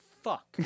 Fuck